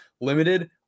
limited